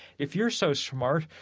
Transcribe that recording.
if you're so smart,